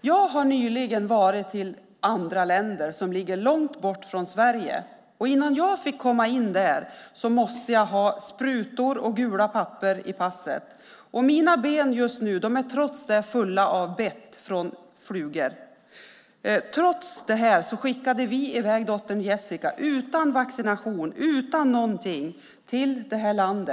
Jag har nyligen varit i andra länder som ligger långt bort från Sverige. Innan jag fick komma in där måste jag ha sprutor och gula papper i passet. Mina ben är trots det fulla av bett från flugor. Trots detta skickade vi iväg dottern Jessica utan vaccination och utan någonting till detta land.